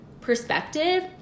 perspective